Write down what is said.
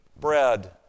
bread